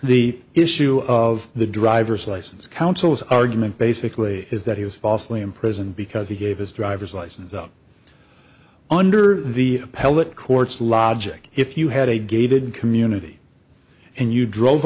the issue of the driver's license council's argument basically is that he was falsely imprisoned because he gave his driver's license up under the appellate courts logic if you had a gated community and you drove